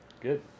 Good